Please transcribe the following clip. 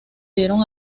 dieron